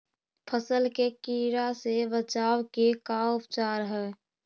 फ़सल के टिड्डा से बचाव के का उपचार है?